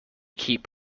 keep